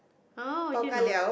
oh you know